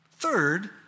Third